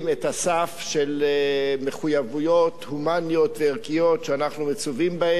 הסף של מחויבויות הומניות וערכיות שאנחנו מצווים בהן.